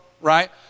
right